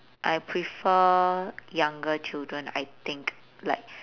I prefer younger children I think like